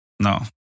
No